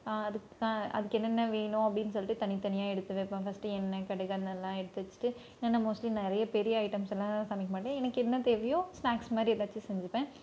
அதுக் அதுக்கு என்னென்ன வேணும் அப்படின்னு சொல்லிவிட்டு தனித்தனியாக எடுத்து வைப்பேன் ஃபர்ஸ்டு எண்ணெய் கடுகு அதையெலாம் எடுத்து வச்சுட்டு ஏன்னால் மோஸ்ட்லி நிறைய பெரிய ஐட்டம்ஸெலாம் சமைக்க மாட்டேன் எனக்கு என்ன தேவையோ ஸ்நாக்ஸ் மாதிரி ஏதாச்சும் செஞ்சுப்பேன்